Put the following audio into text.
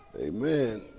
Amen